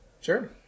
Sure